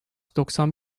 doksan